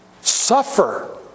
suffer